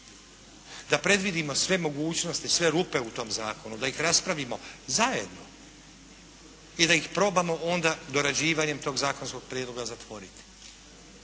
da predvidimo sve mogućnosti, sve rupe u tom zakonu, da ih raspravimo zajedno i da ih probamo onda dorađivanjem tog zakonskog prijedloga zatvoriti.